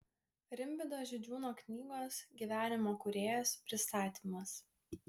rimvydo židžiūno knygos gyvenimo kūrėjas pristatymas